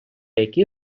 які